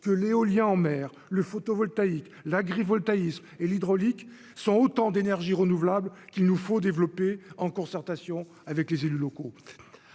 que l'éolien en mer, le photovoltaïque, l'agrivoltaïsme et l'hydraulique sont autant d'énergie renouvelable qu'il nous faut développer en concertation avec les élus locaux,